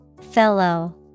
Fellow